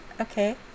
okay